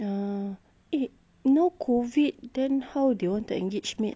ya eh now COVID then how they want to engage maid